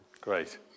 Great